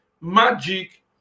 magic